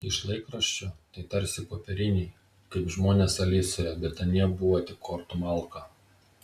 iš laikraščių tai tarsi popieriniai kaip žmonės alisoje bet anie buvo tik kortų malka